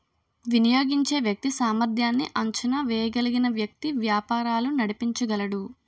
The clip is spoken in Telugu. వినియోగించే వ్యక్తి సామర్ధ్యాన్ని అంచనా వేయగలిగిన వ్యక్తి వ్యాపారాలు నడిపించగలడు